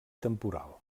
temporal